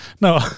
No